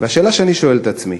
והשאלה שאני שואל את עצמי: